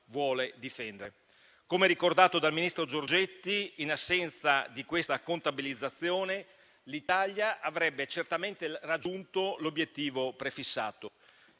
vuole difendere. Come ricordato dal ministro Giorgetti, in assenza di questa contabilizzazione, l'Italia avrebbe certamente raggiunto l'obiettivo prefissato